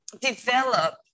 develop